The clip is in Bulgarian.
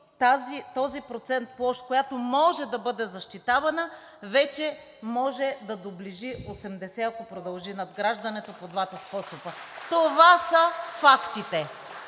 този процент площ, която може да бъде защитавана, вече може да доближи 80, ако продължи надграждането по двата способа. (Ръкопляскания